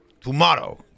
Tomorrow